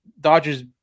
Dodgers